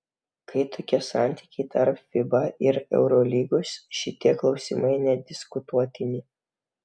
kai tokie santykiai tarp fiba ir eurolygos šitie klausimai nediskutuotini